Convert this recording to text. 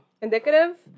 Indicative